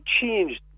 changed